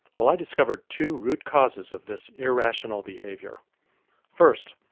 well i discovered two root causes of this irrational behaviour first,